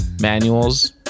manuals